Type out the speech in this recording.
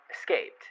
escaped